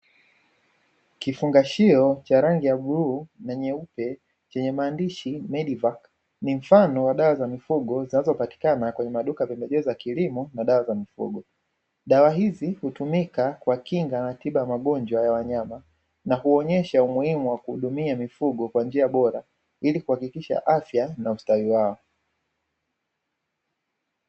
Kifungashio cha rangi ya bluu na nyeupe, chenye maandishi medivaka ni mfano wa dawa za mifugo zinazopatikana kwenye maduka ya pembejeo za kilimo na dawa za mifugo, dawa hizi hutumika kwa kinga na tiba ya magonjwa ya wanyama, na kuonyesha umuhimu wa kuhudumia mifugo kwa njia bora, ili kuhakikiisha afya na ustawi wao.